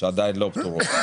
שעדיין לא פתורות.